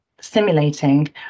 simulating